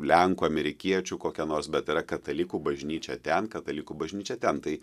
lenkų amerikiečių kokia nors bet yra katalikų bažnyčia ten katalikų bažnyčia ten tai